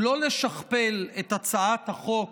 הוא לא לשכפל את הצעת החוק